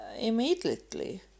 immediately